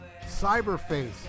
Cyberface